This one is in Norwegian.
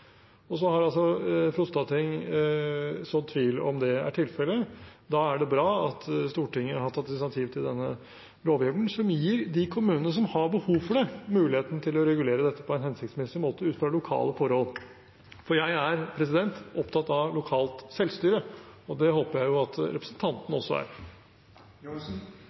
Så har altså Frostating sådd tvil om det er tilfellet. Da er det bra at Stortinget har tatt initiativ til denne lovhjemmelen, som gir de kommunene som har behov for det, muligheten til å regulere dette på en hensiktsmessig måte, ut fra lokale forhold. Jeg er opptatt av lokalt selvstyre, og det håper jeg at representanten også er.